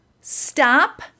Stop